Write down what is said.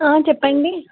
చెప్పండి